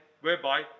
whereby